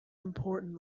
important